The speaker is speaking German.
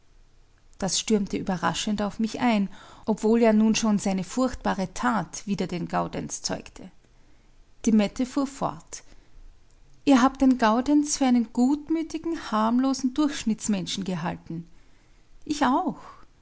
das stürmte überraschend auf mich ein obwohl ja nun schon seine furchtbare tat wider den gaudenz zeugte die mette fuhr fort ihr habt den gaudenz für einen gutmütigen harmlosen durchschnittsmenschen gehalten ich auch